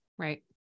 Right